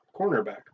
cornerback